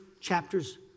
chapters